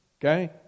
Okay